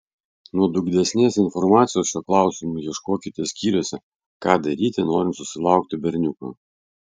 nuodugnesnės informacijos šiuo klausimu ieškokite skyriuose ką daryti norint susilaukti berniuko